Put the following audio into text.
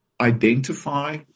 identify